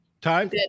Time